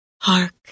Hark